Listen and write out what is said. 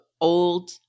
old